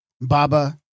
Baba